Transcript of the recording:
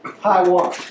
Taiwan